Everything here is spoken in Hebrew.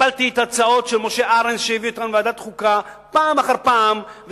והפלתי את ההצעות שמשה ארנס הביא לוועדת חוקה פעם אחר פעם,